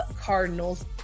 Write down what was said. Cardinals